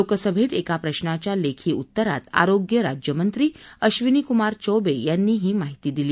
लोकसभेत एका प्रश्नाच्या लेखी उत्तरात आरोग्य राज्यमंत्री अबिनिकुमार चौबे यांनी ही माहिती दिली